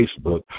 Facebook